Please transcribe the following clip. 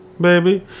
baby